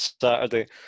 Saturday